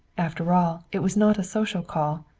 after all, it was not a social call,